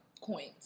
coins